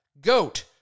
GOAT